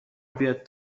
بیاد